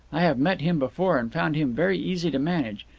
i have met him before, and found him very easy to manage.